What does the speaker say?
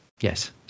yes